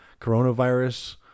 coronavirus